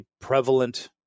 prevalent